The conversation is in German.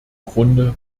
grunde